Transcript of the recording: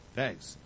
Thanks